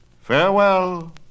Farewell